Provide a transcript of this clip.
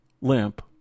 limp